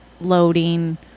loading